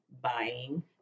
buying